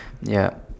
ya